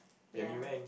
ya